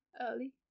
early